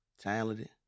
Talented